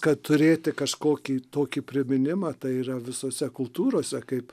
kad turėti kažkokį tokį priminimą tai yra visose kultūrose kaip